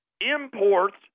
imports